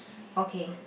okay